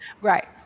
right